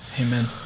Amen